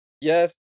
Yes